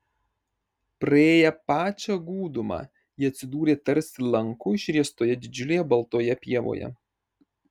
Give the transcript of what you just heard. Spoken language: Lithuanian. praėję pačią gūdumą jie atsidūrė tarsi lanku išriestoje didžiulėje baltoje pievoje